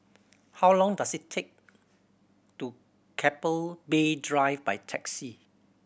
how long does it take to Keppel Bay Drive by taxi